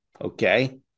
okay